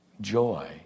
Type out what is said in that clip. joy